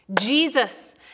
Jesus